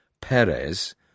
Perez